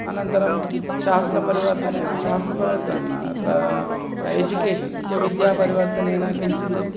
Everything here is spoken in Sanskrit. अनन्तरं शास्त्रपरिवर्तनेन शास्त्रपरिवर्तनं न अत्र एजुकेशन् इति विद्यापरिवर्तनेन किञ्चित्